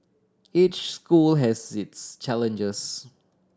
each school has its challenges